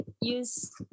use